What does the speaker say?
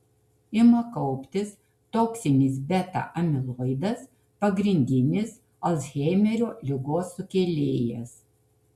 ima kauptis toksinis beta amiloidas pagrindinis alzheimerio ligos sukėlėjas